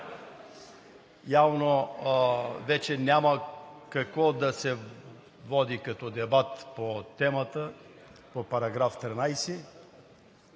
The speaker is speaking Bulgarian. явно вече няма какво да се води като дебат по темата, по § 13.